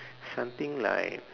something like